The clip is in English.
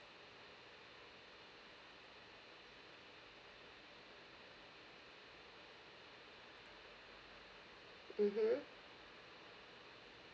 mmhmm